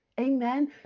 Amen